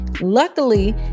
Luckily